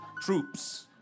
troops